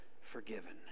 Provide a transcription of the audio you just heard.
forgiven